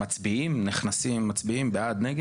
מצביעים, נכנסים, מצביעים בעד, נגד?